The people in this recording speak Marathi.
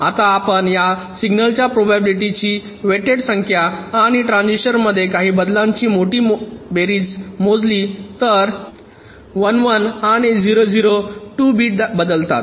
आता आपण या सिग्नलच्या प्रोबॅबिलिटी ची वेटेड संख्या आणि ट्रान्झिशनमध्ये काही बदलांची बेरीज मोजली तर 1 1 आणि 0 0 2 बिट बदलतात